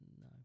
No